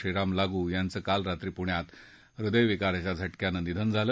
श्रीराम लागू यांचं काल रात्री पुण्यात हृदयविकाराच्या झटक्यानं निधन झालं